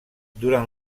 durant